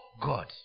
God